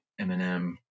eminem